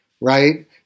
Right